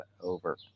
over